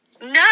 No